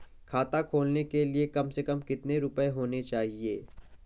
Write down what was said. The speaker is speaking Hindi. खाता खोलने के लिए कम से कम कितना रूपए होने चाहिए?